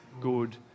good